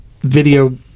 video